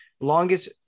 longest